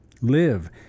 Live